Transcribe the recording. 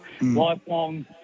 lifelong